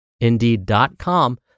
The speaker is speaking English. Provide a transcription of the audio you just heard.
indeed.com